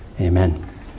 Amen